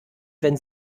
wenn